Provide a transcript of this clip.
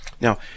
Now